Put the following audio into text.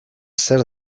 zer